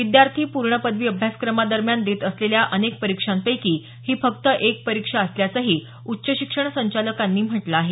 विद्यार्थी पूर्ण पदवी अभ्यासक्रमादरम्यान देत असलेल्या अनेक परीक्षांपैकी ही फक्त एक परिक्षा असल्याचंही उच्च शिक्षण संचालकांनी म्हटलं आहे